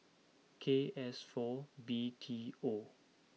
K S four B T O